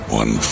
one